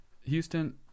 Houston